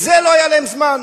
לזה לא היה להם זמן.